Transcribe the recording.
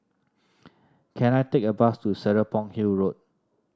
can I take a bus to Serapong Hill Road